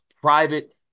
private